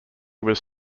was